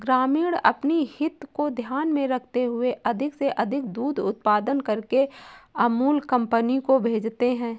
ग्रामीण अपनी हित को ध्यान में रखते हुए अधिक से अधिक दूध उत्पादन करके अमूल कंपनी को भेजते हैं